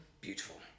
Beautiful